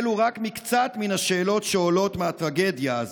אלו רק מקצת מן השאלות שעולות מהטרגדיה הזאת.